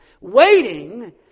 Waiting